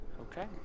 Okay